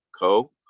co